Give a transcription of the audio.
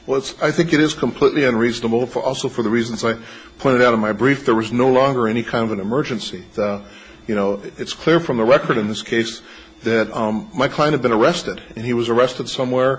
it's i think it is completely unreasonable for also for the reasons i pointed out of my brief there was no longer any kind of an emergency you know it's clear from the record in this case that my kind of been arrested and he was arrested somewhere